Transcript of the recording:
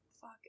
Fuck